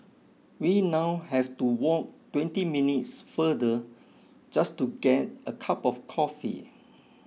we now have to walk twenty minutes farther just to get a cup of coffee